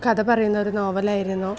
കഥ പറയുന്ന ഒരു നോവലായിരുന്നു